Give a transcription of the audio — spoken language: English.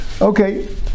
Okay